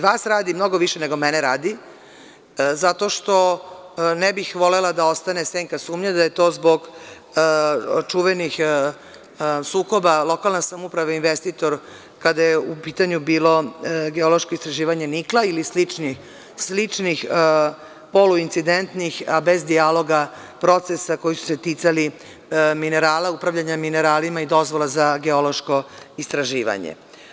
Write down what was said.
Vas radi, mnogo više nego mene radi, zato što ne bih volela da ostane senka sumnje da je to zbog čuvenih sukoba lokalne samouprave i investitora, kada je u pitanju bilo geološko istraživanje nikla i sličnih poluincidentnih, bez dijaloga, procesa koji su se ticali minerala, upravljanje mineralima i dozvola za geološko istraživanje.